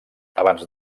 abans